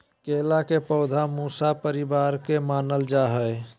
केला के पौधा मूसा परिवार के मानल जा हई